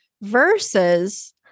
Versus